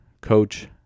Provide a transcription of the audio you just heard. coach